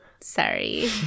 Sorry